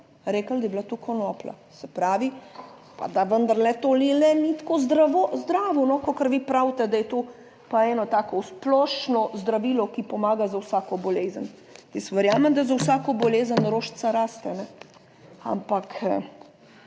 rekli, da je bila to konoplja. Se pravi, pa da vendarle to le ni tako zdravo, kakor vi pravite, da je to pa eno tako splošno zdravilo, ki pomaga za vsako bolezen. Jaz verjamem, da za vsako bolezen rožica raste, ampak